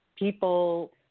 People